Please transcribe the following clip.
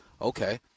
Okay